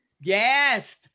Yes